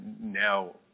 now